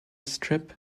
strip